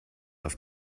auf